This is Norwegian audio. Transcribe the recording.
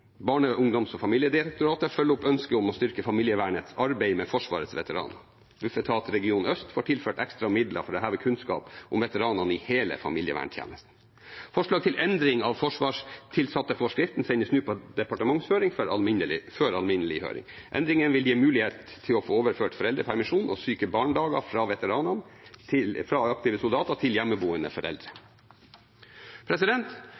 Barne-, ungdoms- og familiedirektoratet følger opp ønsket om å styrke familievernets arbeid med Forsvarets veteraner. Bufetat region øst får tilført ekstra midler for å heve kunnskap om veteranene i hele familieverntjenesten. Forslag til endring av forsvarstilsatteforskriften sendes nå på departementshøring før alminnelig høring. Endringene vil gi mulighet til å få overført foreldrepermisjon og sykt barn-dager fra veteranene og aktive soldater til hjemmeboende foreldre.